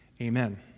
Amen